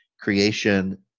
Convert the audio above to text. creation